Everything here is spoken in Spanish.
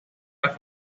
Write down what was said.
las